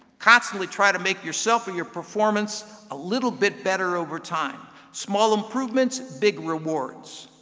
constantly try to make yourself and your performance a little bit better over time small improvements, big rewards.